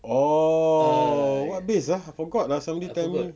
oh what bass ah forgot ah somebody tell me